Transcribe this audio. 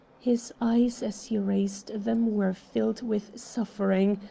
his eyes as he raised them were filled with suffering,